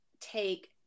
take